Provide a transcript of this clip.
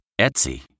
Etsy